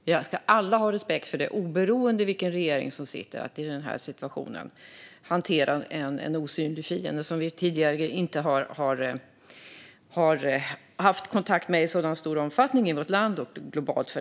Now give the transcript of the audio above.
Vi ska alla definitivt ha respekt, oberoende av vilken regering som sitter, för att det är svårt att hantera en osynlig fiende som vi tidigare inte haft kontakt med i så stor omfattning i vårt land och globalt.